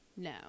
No